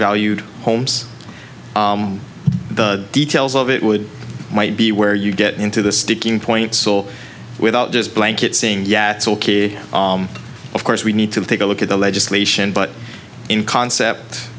valued homes the details of it would might be where you get into the sticking point so without just blanket saying yeah that's ok of course we need to take a look at the legislation but in concept